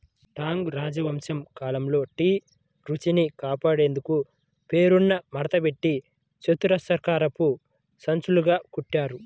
Tang రాజవంశం కాలంలో tea రుచిని కాపాడేందుకు పేపర్ను మడతపెట్టి చతురస్రాకారపు సంచులుగా కుట్టారు